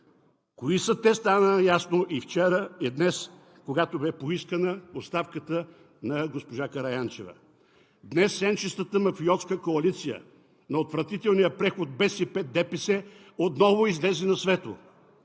Кои са те – стана ясно и вчера, и днес, когато бе поискана оставката на госпожа Караянчева. Днес сенчестата мафиотска коалиция на отвратителния преход БСП – ДПС отново излезе на светло.